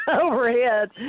overhead